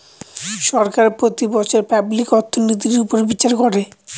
সরকার প্রতি বছর পাবলিক অর্থনৈতির উপর বিচার করে